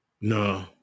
No